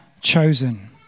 chosen